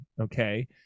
Okay